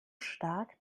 stark